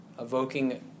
Evoking